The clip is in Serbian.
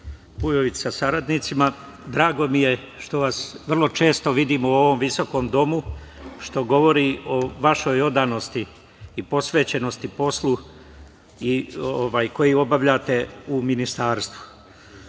Vujović sa saradnicima, drago mi je što vas vrlo često vidim u ovom visokom Domu, što govori o vašoj odanosti i posvećenosti poslu koji obavljate u Ministarstvu. Dozvolite